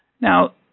Now